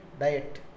diet